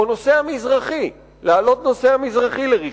או להעלות נוסע מזרחי לרכבו?